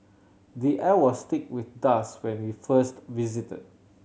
the air was thick with dust when we first visited